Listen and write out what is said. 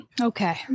Okay